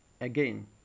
again